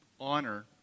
honor